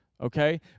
Okay